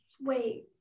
Wait